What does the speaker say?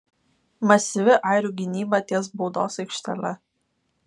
masyvi airių gynyba ties baudos aikštele